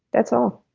that's all